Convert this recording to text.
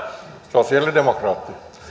sosialidemokraatit